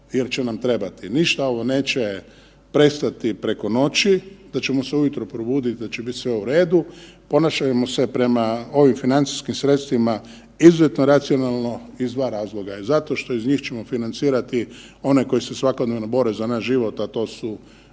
jer će nam trebati. Ništa ovo neće prestati preko noći, da ćemo se ujutro probuditi da će biti sve u redu, ponašajmo se prema ovim financijskim sredstvima izuzetno racionalno iz dva razloga. Zato što iz njih ćemo financirati one koji se svakodnevno bore za naš život, a to su